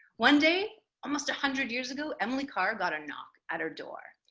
one day, almost a hundred years ago, emily carr got a knock at her door,